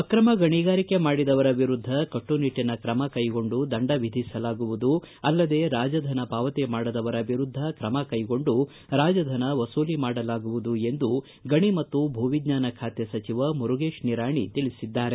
ಅಕ್ರಮ ಗಣಿಗಾರಿಕೆ ಮಾಡಿದವರ ವಿರುದ್ದ ಕಟ್ಟುನಿಟ್ಟಿನ ಕ್ರಮ ಕೈಗೊಂಡು ದಂಡ ವಿಧಿಸಲಾಗುವುದು ಅಲ್ಲದೇ ರಾಜಧನ ಪಾವತಿ ಮಾಡದವರ ವಿರುದ್ದ ಕ್ರಮಕೈಗೊಂಡು ರಾಜಧನ ವಸೂಲಿ ಮಾಡಲಾಗುವುದು ಎಂದು ಗಣಿ ಮತ್ತು ಭೂವಿಜ್ವಾನ ಖಾತೆ ಸಚಿವ ಮುರುಗೇಶ್ ನಿರಾಣಿ ತಿಳಿಸಿದ್ದಾರೆ